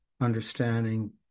understanding